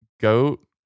goat